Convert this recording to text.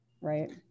right